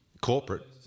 corporate